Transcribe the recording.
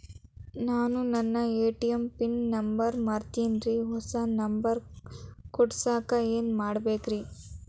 ನಾನು ನನ್ನ ATM pin number ಮರ್ತೇನ್ರಿ, ಹೊಸಾ ನಂಬರ್ ಕುಡಸಾಕ್ ಏನ್ ಮಾಡ್ಬೇಕ್ರಿ?